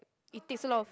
it takes a lot of